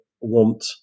want